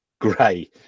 grey